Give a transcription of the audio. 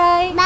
Bye